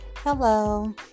Hello